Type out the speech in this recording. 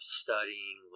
studying